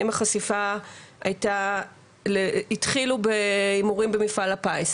האם החשיפה התחילה בהימורים במפעל הפיס,